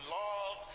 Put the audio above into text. love